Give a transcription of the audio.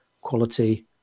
quality